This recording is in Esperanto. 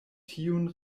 tiun